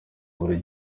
buri